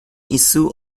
issue